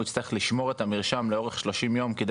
הוא יצטרך לשמור את המרשם לאורך 30 יום כדי